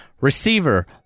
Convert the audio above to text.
receiver